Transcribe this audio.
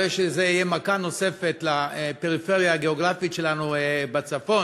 הרי זו תהיה מכה נוספת לפריפריה הגיאוגרפית שלנו בצפון,